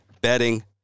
Bedding